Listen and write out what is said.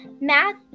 math